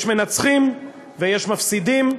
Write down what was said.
יש מנצחים ויש מפסידים.